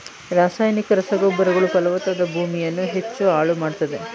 ರಾಸಾಯನಿಕ ರಸಗೊಬ್ಬರಗಳು ಫಲವತ್ತಾದ ಭೂಮಿಯನ್ನು ಹೆಚ್ಚು ಹಾಳು ಮಾಡತ್ತದೆ